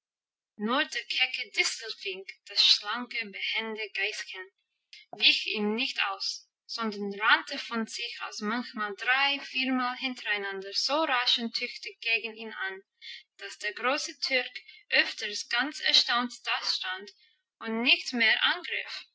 distelfink das schlanke behände geißchen wich ihm nicht aus sondern rannte von sich aus manchmal drei viermal hintereinander so rasch und tüchtig gegen ihn an dass der große türk öfters ganz erstaunt dastand und nicht mehr angriff